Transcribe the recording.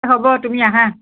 হ'ব তুমি আহা